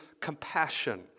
compassion